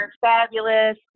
fabulous